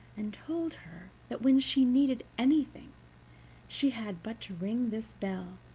and told her that when she needed anything she had but to ring this bell,